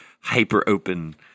hyper-open